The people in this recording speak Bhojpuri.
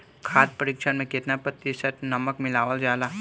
खाद्य परिक्षण में केतना प्रतिशत नमक मिलावल जाला?